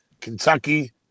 Kentucky